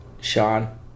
Sean